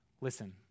Listen